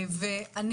כמובן.